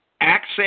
access